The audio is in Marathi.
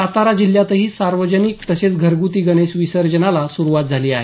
सातारा जिल्ह्यातही सार्वजनिक तसेच घरग्रती गणेश विसर्जनाला सुरुवात झाली आहे